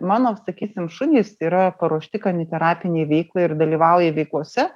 mano sakysim šunys yra paruošti kaniterapinei veiklai ir dalyvauja veiklose